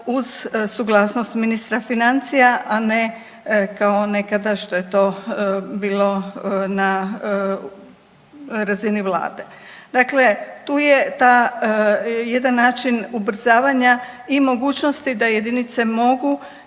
uz suglasnost ministra financija, a ne kao nekada što je to bilo na razini vlade. Dakle, tu je ta jedan način ubrzavanja i mogućnosti da jedinice mogu